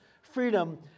freedom